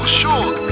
sure